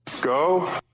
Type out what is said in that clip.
go